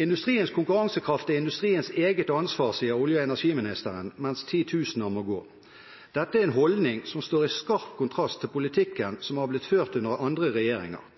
Industriens konkurransekraft er industriens eget ansvar, sier olje- og energiministeren – mens titusener må gå. Dette er en holdning som står i skarp kontrast til politikken som har blitt ført under andre regjeringer,